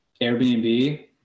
Airbnb